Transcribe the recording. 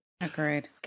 Agreed